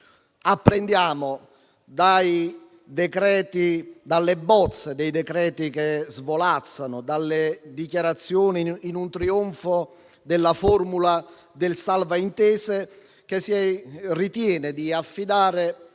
Apprendiamo dalle bozze dei decreti che svolazzano e dalle dichiarazioni, in un trionfo della formula del "salvo intese", che si ritiene di affidare